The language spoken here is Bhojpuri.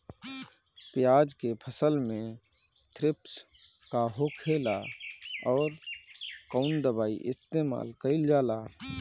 प्याज के फसल में थ्रिप्स का होखेला और कउन दवाई इस्तेमाल कईल जाला?